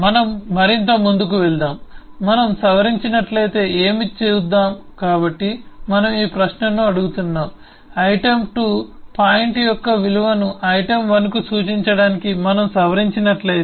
మనం మరింత ముందుకు వెళ్దాం మనం సవరించినట్లయితే ఏమి చూద్దాం కాబట్టి మనం ఈ ప్రశ్నను అడుగుతున్నాము ఐటెమ్ 2 పాయింట్ యొక్క విలువను ఐటెమ్ 1 కు సూచించడానికి మనం సవరించినట్లయితే